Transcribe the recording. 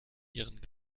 ihren